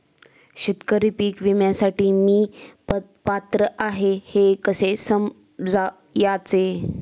शेतकरी पीक विम्यासाठी मी पात्र आहे हे कसे समजायचे?